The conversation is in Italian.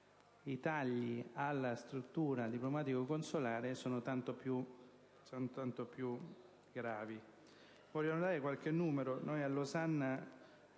i tagli alla struttura diplomatico-consolare sono tanto più gravi.